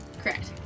Correct